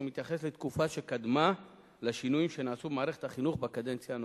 ומתייחס לתקופה שקדמה לשינויים שנעשו במערכת החינוך בקדנציה הנוכחית,